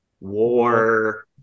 War